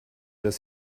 dass